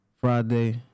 Friday